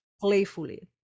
playfully